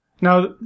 Now